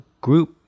group